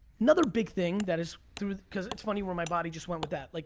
another big thing that is, cause it's funny where my body just went with that, like